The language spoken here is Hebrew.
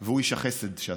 הוא איש החסד שאתה.